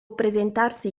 presentarsi